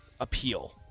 appeal